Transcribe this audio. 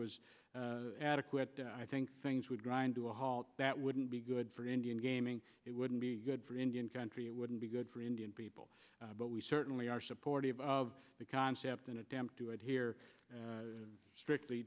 was adequate i think things would grind to a halt that wouldn't be good for indian gaming it wouldn't be good for indian country it wouldn't be good for indian people but we certainly are supportive of the concept and attempt to adhere strictly